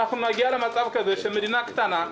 נגיע למצב של מדינה קטנה,